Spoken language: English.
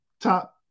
top